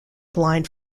blind